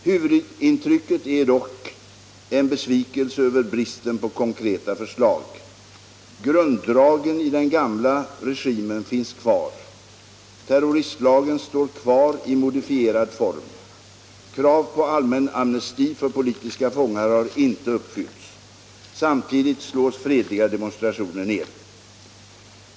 Huvudintrycket är dock en besvikelse över bristen på konkreta förslag. Grunddragen i den gamla regimen finns kvar. Terroristlagen står kvar i modifierad form. Kravet på allmän amnesti för politiska fångar har inte uppfyllts. Samtidigt slås fredliga demonstrationer ned.